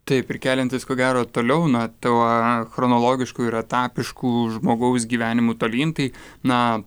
taip ir keliantis ko gero toliau na tuo chronologišku ir etapišku žmogaus gyvenimu tolyn tai na